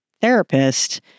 therapist